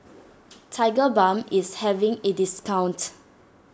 Tigerbalm is having a discount